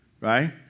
Right